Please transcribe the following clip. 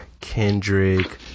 Kendrick